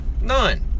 None